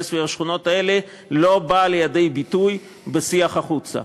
סביב השכונות האלה לא בא לידי ביטוי בשיח החוצה.